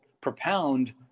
propound